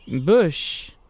bush